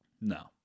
No